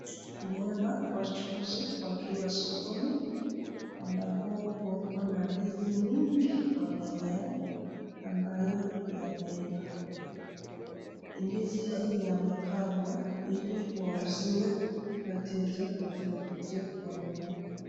Tunaona wachuuzi wakiwa sokoni ambapo huwa kuna ndizi mingi kwa meza yao ambayo yameiva. Ndizi hii imepangwa ili wauziwe wateja wataokuja kununua.